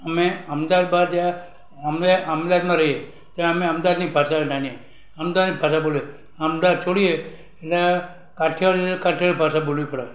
અમે અમદાવાદ અમે અમદાવાદમાં રઈએ ત્યાં અમે અમદાવાદની ભાષા જાણીએ અમદાવાદની ભાષા બોલીએ અમદાવાદ છોડીએ એટલે કઠિયાવાડી જાઈ તો કાઠિયાવાડી ભાષા બોલવી પડે